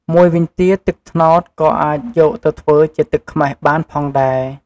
មួយវិញទៀត ទឹកត្នោតក៏អាចយកទៅធ្វើជាទឹកខ្មេះបានផងដែរ។